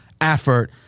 effort